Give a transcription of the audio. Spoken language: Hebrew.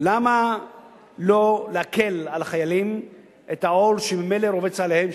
למה לא להקל על החיילים את העול שממילא רובץ עליהם,